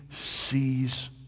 sees